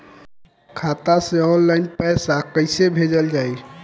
खाता से ऑनलाइन पैसा कईसे भेजल जाई?